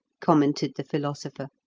commented the philosopher.